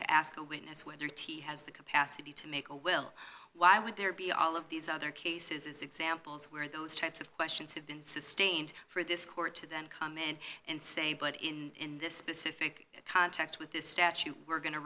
to ask a witness whether t has the capacity to make a will why would there be all of these other cases as examples where those types of questions have been sustained for this court to then come in and say but in this specific context with this statute we're going to